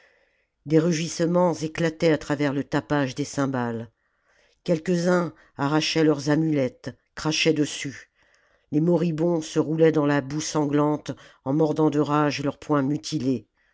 des rugissements éclataient à travers le tapage des cymbales quelques-uns arrachaient leurs amulettes crachaient dessus les moribonds se roulaient dans la boue sanglante en mordant de rage leurs poings mutilés